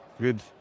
Good